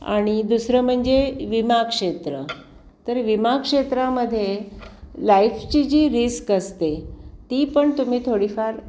आणि दुसरं म्हणजे विमाक्षेत्र तर विमामध्ये लाईफची जी रिस्क असते ती पण तुम्ही थोडीफार